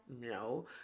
No